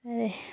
ऐ